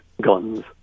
guns